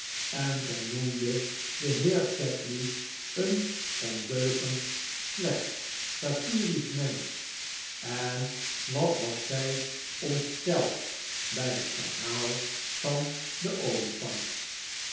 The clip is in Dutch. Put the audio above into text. en zij noemde den heer sedley een ondeugend slecht satirisch mensch en wat was zij ontsteld bij het verhaal van den olifant